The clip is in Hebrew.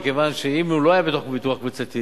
מכיוון שאם הוא לא היה בתוך ביטוח קבוצתי